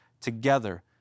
together